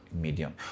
medium